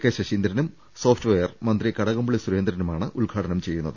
K ശശീന്ദ്രനും software മന്ത്രി കടകംപള്ളി സുരേന്ദ്രനുമാണ് ഉദ്ഘാടനം ചെയ്യുന്നത്